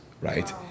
right